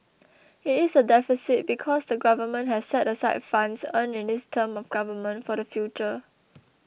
it is a deficit because the Government has set aside funds earned in this term of government for the future